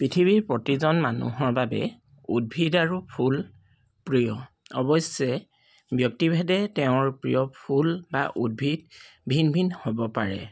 পৃথিৱীৰ প্ৰতিজন মানুহৰ বাবে উদ্ভিদ আৰু ফুল প্ৰিয় অৱশ্যে ব্যক্তিভেদে তেওঁৰ প্ৰিয় ফুল বা উদ্ভিদ ভিন ভিন হ'ব পাৰে